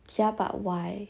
ya but why